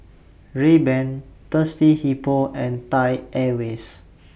Rayban Thirsty Hippo and Thai Airways